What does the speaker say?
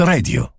Radio